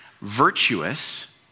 virtuous